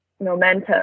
momentum